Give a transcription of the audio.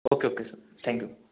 okay okay sir thank you